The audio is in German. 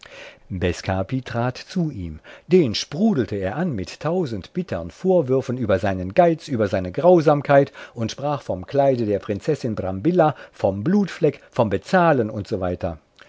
trat zu ihm den sprudelte er an mit tausend bittern vorwürfen über seinen geiz über seine grausamkeit und sprach vom kleide der prinzessin brambilla vom blutfleck vom bezahlen u